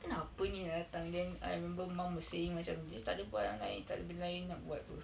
kenapa ni nak datang then I remember mum was saying macam dia tak ada barang tak ada benda lain tak buat apa